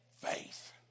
faith